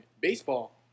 Baseball